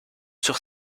sur